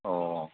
ꯑꯣ